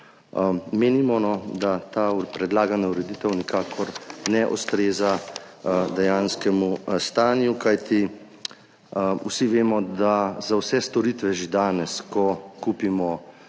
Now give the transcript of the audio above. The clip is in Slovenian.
Menimo, da ta predlagana ureditev nikakor ne ustreza dejanskemu stanju, kajti vsi vemo, da za vse storitve že danes, ko kupimo